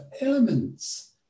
elements